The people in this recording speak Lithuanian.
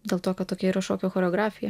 dėl to kad tokia ir šokio choreografija